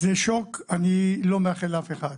זה שוק שאני לא מאחל לאף אחד,